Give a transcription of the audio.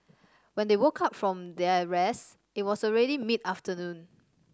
when they woke up from their rest it was already mid afternoon